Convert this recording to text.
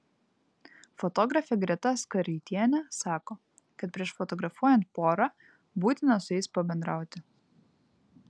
fotografė greta skaraitienė sako kad prieš fotografuojant porą būtina su jais pabendrauti